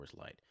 Light